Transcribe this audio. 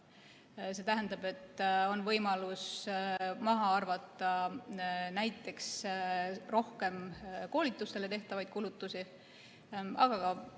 See tähendab, et on võimalus rohkem maha arvata näiteks koolitustele tehtavaid kulutusi, aga on